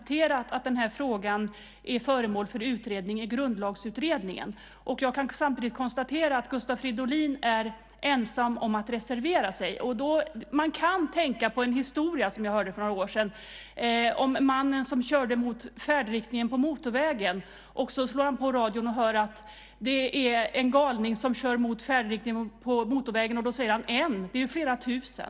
Herr talman! Som jag tidigare sade har vi, precis som sex andra partier, accepterat att den här frågan är föremål för utredning i Grundlagsutredningen. Jag kan samtidigt konstatera att Gustav Fridolin är ensam om att reservera sig. Man kan tänka på en historia som jag hörde för några år sedan, om mannen som kör mot färdriktningen på motorvägen. Han slår på radion och hör att det är en galning som kör mot färdriktningen på motorvägen. Då säger han: En? Det är ju flera tusen!